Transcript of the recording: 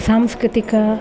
ಸಾಂಸ್ಕೃತಿಕ